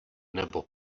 nebo